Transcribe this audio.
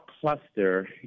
cluster